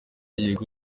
yego